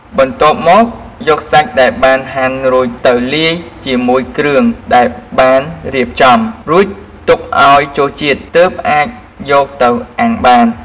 បន្ទាប់មកយកសាច់ដែលបានហាន់រួចទៅលាយជាមួយគ្រឿងដែលបានរៀបចំ រួចទុកឱ្យចូលជាតិ ទើបអាចយកទៅអាំងបាន។